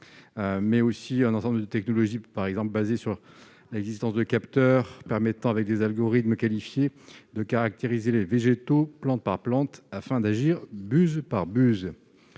parallèle un ensemble de technologies basées sur l'existence de capteurs permettant, avec des algorithmes qualifiés, de caractériser les végétaux, plante par plante, afin d'agir buse par buse.